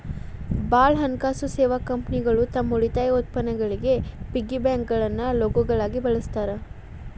ಭಾಳ್ ಹಣಕಾಸು ಸೇವಾ ಕಂಪನಿಗಳು ತಮ್ ಉಳಿತಾಯ ಉತ್ಪನ್ನಗಳಿಗಿ ಪಿಗ್ಗಿ ಬ್ಯಾಂಕ್ಗಳನ್ನ ಲೋಗೋಗಳಾಗಿ ಬಳಸ್ತಾರ